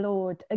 Lord